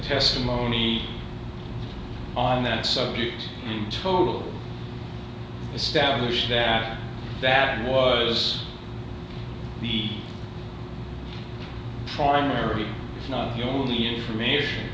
testimony on that subject totally established that that was the primary the only information